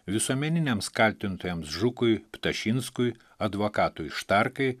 visuomeniniams kaltintojams žukui ptašinskui advokatui štarkai